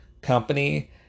company